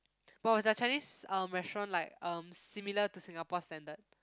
but was their Chinese um restaurant like um similar to Singapore standard